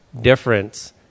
difference